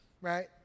Right